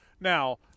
now